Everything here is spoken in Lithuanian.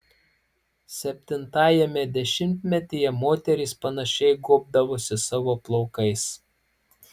septintajame dešimtmetyje moterys panašiai gobdavosi savo plaukais